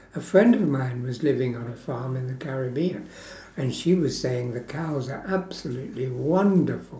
a friend of mine was living on a farm in the caribbean and she was saying the cows are absolutely wonderful